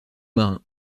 marin